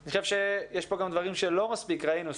אני חושב שיש פה גם דברים שלא מספיק ראינו,